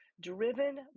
driven